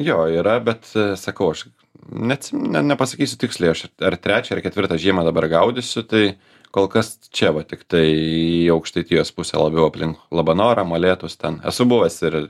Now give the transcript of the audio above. jo yra bet sakau aš neatsim ne nepasakysiu tiksliai aš ar ar trečią ar ketvirtą žiemą dabar gaudysiu tai kol kas čia va tiktai į aukštaitijos pusę labiau aplink labanorą molėtus ten esu buvęs ir